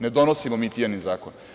Ne donosimo mi Tijanin zakon.